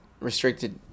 restricted